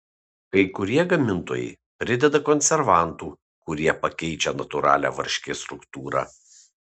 kai kurie gamintojai prideda konservantų kurie pakeičią natūralią varškės struktūrą